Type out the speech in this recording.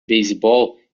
beisebol